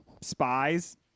spies